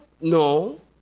No